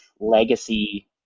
legacy